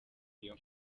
iyo